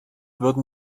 würden